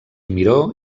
miró